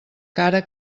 cara